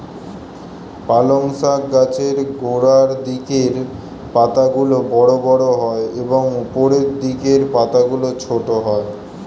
পালং শাক গাছের গোড়ার দিকের পাতাগুলো বড় বড় হয় এবং উপরের দিকের পাতাগুলো ছোট হয়